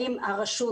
האם הרשות